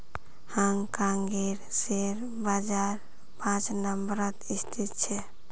हांग कांगेर शेयर बाजार पांच नम्बरत स्थित छेक